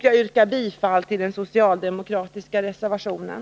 Jag yrkar bifall till den socialdemokratiska reservationen.